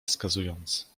wskazując